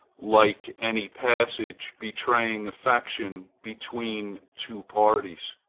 like any passage betraying affection between two parties?